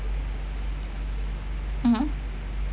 um